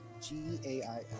G-A-I-L